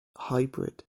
hybrid